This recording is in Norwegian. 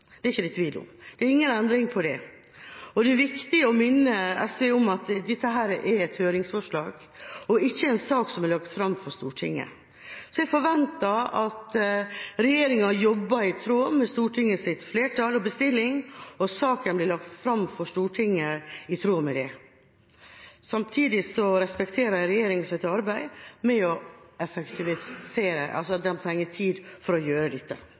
er det ikke tvil om. Det er ingen endring i det. Det er viktig å minne SV om at dette er et høringsforslag og ikke en sak som er lagt fram for Stortinget. Så jeg forventer at regjeringa jobber i tråd med stortingsflertallets bestilling, og at saken blir lagt fram for Stortinget i tråd med det. Samtidig respekterer jeg regjeringas arbeid med å effektivisere. De trenger tid for å gjøre dette.